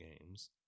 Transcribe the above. games